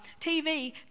TV